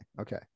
okay